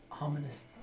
ominous